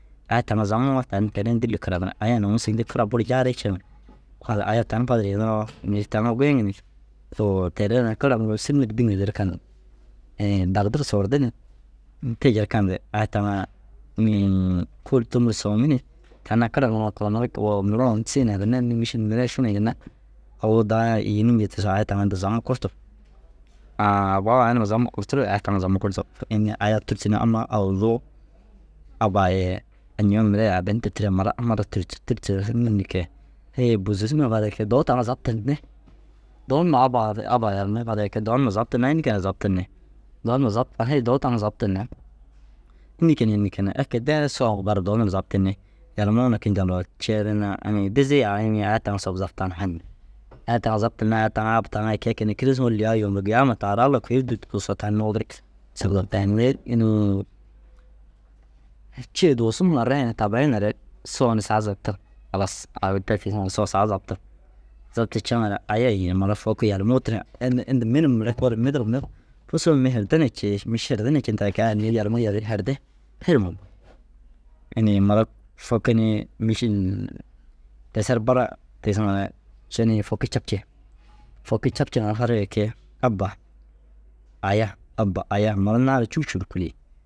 Aya taŋa zamuŋoo tani teere na dîlli karanirig. Aya nuŋu sîgin nu kira buru jaarii ciŋa fadir aya tani fadir yeniroo mêri taŋa goyiŋi nir too teere na kira nuruu sîri nir dîŋa jirkarnir dardir soordi ni. Te jirkandi aya taŋaa inii kôolu tômu ru soommi ni tan na kira nuruu karanirig woo neere sigine ginna înni? Mîšil neere šigine ginna au daa yîniŋire tigisoo aya taŋa inda zamu kurtu. A abbau aya numa zamur kurtirige? Aya taŋa zamu kurtu. Înni? Aya tûrtu ni amma awuzuu abbaa ye añima mire ye abbari hundu tira ye mura amma ara tûrtu. Tûrtuu ru unnu înni? Hêe bûuze sumai farigire kee « doo taŋa zaptinni » doo numa abbaa ru abbaa yalimuu ru farigire kee « doo numa zaptinnaa înni kege ru zaptinni? Hei doo taŋa zaptinni, înni keene înni keene ekee deere sowuu bara dou nuruu zaptinni ». Yalimuu na kiñji Alla u cee ri ni inii « dizii aa » yinii « aya taŋuu sop zaptaan » fan ni « aya taŋa zaptinna aya taŋa abba taŋai kii ai keene kînesiŋo lîgaa yôomil giyaama taara Alla kui ru dûrtu dusoo tani nuudurug » yi. Cêe duusu huma rayineere tabaineere sooni saga zaptin. Halas au te tigisiŋare sowu saga zaptin. Zapci ceŋere « aya » yi mura foki yalimuu tira inda inda mi num mire mi duro mi fusum mi herde cii. Mi herde na cii, mi šerde cii ndoo ai kee ai yalimuu yalii herde her muu. Inii mura foki nii mîšil lese ru aba tiisiŋa ye šinii foki capci. Foki capciŋa farigire kee « abba aya abba aya » mura naana cûu cûu ru kûlii.